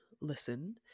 listen